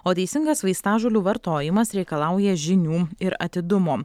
o teisingas vaistažolių vartojimas reikalauja žinių ir atidumo